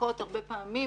שמחלקות הרבה פעמים